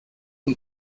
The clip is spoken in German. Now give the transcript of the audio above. und